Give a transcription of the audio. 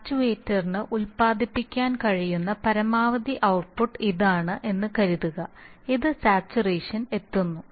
ആക്ച്യുവേറ്ററിന് ഉൽപാദിപ്പിക്കാൻ കഴിയുന്ന പരമാവധി ഔട്ട്പുട്ട് ഇതാണ് എന്ന് കരുതുക ഇത് സാച്ചുറേഷൻ എത്തുന്നു